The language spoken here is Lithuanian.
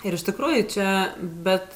ir iš tikrųjų čia bet